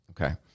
Okay